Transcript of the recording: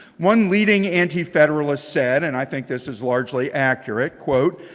one leading antifederalists said, and i think this is largely accurate, quote,